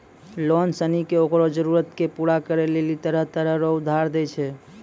लोग सनी के ओकरो जरूरत के पूरा करै लेली तरह तरह रो उधार दै छै